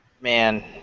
Man